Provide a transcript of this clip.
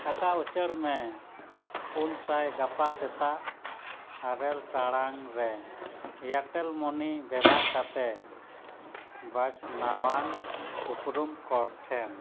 ᱴᱟᱠᱟ ᱩᱪᱟᱹᱲ ᱢᱮ ᱯᱩᱱ ᱥᱟᱭ ᱜᱟᱯᱟ ᱥᱮᱛᱟᱜ ᱟᱨᱮᱞ ᱴᱟᱲᱟᱝ ᱨᱮ ᱮᱭᱟᱨᱴᱮᱞ ᱢᱟᱹᱱᱤ ᱵᱮᱵᱚᱦᱟᱨ ᱠᱟᱛᱮᱫ ᱵᱟᱪᱷᱱᱟᱣᱟᱱ ᱩᱯᱨᱩᱢ ᱠᱚᱴᱷᱮᱱ